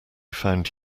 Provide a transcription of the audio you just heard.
found